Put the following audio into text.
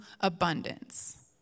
abundance